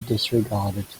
disregarded